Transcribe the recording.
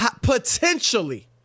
potentially